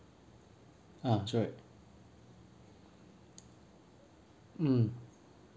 ah sorry mm